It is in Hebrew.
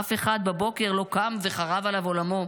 אף אחד בבוקר לא קם וחרב עליו עולמו".